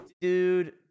dude